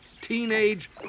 Teenage